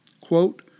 quote